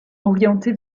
orientée